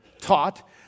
taught